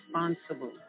responsible